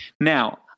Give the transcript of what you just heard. Now